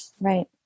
Right